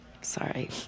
Sorry